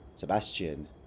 Sebastian